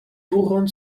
turon